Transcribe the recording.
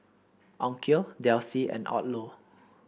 Onkyo Delsey and Odlo